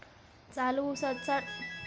चालू उसाचा टनाचा भाव किती आहे?